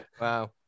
Wow